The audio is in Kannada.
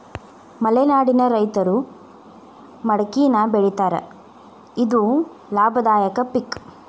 ಮಲೆನಾಡಿನ ರೈತರು ಮಡಕಿನಾ ಬೆಳಿತಾರ ಇದು ಲಾಭದಾಯಕ ಪಿಕ್